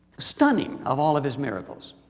stunning of all of his miracles